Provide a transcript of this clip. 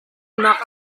naak